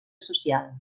social